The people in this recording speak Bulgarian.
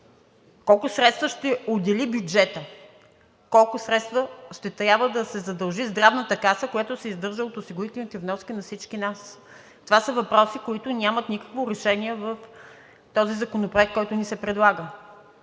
Колко средства ще отдели бюджетът? С колко средства ще трябва да се задължи Здравната каса, която се издържа от осигурителните вноски на всички нас? Това са въпроси, които нямат никакво решение в този законопроект, който ни се предлага.